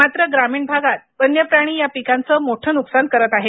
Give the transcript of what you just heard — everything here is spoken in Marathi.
मात्र ग्रामीण भागात वन्य प्राणी या पिकांचं मोठं नुकसान करत आहेत